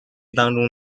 当中